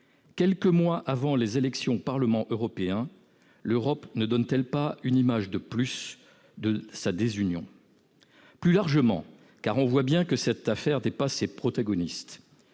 Quelques mois avant les élections au Parlement européen, l'Europe ne donne-t-elle pas une image de plus de sa désunion ? Plus largement, car on voit bien que cette affaire dépasse ses protagonistes,